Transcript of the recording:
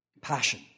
passion